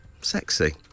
sexy